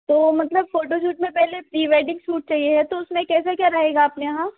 तो मतलब फोटोसूट में पहले प्री वेडिंग शूट चाहिए है तो उसमें कैसे क्या रहेगा अपने यहाँ